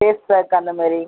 face pack அந்த மாதிரி